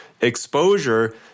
exposure